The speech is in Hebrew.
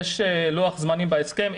יש לוח זמנים בהסכם.